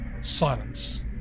Silence